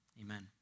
Amen